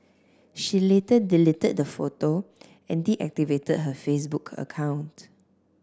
she later deleted the photo and deactivated her Facebook account